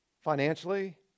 financially